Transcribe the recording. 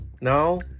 no